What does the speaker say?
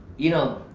you know,